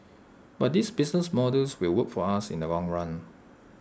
but these business models will work for us in the long run